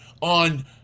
on